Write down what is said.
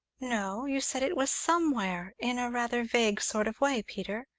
no, you said it was somewhere' in a rather vague sort of way, peter.